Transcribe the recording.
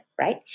right